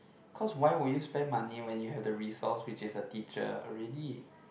cause why will you spend money when you have the resource which is the teacher already